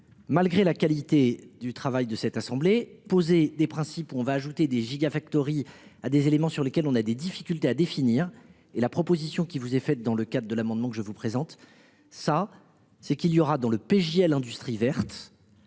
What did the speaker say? malgré la qualité du travail de cette assemblée, poser des principes on va ajouter des gigafactories à des éléments sur lesquels on a des difficultés à définir et la proposition qui vous est faite dans le cadre de l'amendement que je vous présente ça c'est qu'il y aura dans le PJ l'industrie verte.